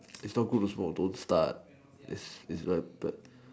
is not good to smoke don't start is very addicted